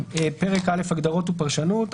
פרק א': הגדרות ופרשנות.